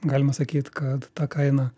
galima sakyt kad ta kaina